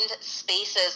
spaces